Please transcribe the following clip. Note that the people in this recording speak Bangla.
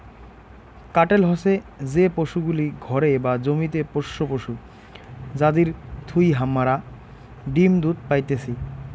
কাটেল হসে যে পশুগুলি ঘরে বা জমিতে পোষ্য পশু যাদির থুই হামারা ডিম দুধ পাইতেছি